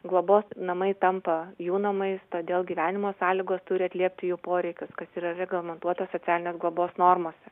globos namai tampa jų namais todėl gyvenimo sąlygos turi atliepti jų poreikius kas yra reglamentuota socialinės globos normose